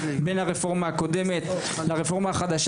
בין הרפורמה הקודמת לרפורמה החדשה.